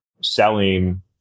selling